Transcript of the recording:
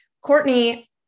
Courtney